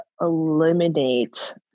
eliminate